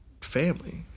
family